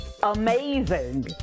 amazing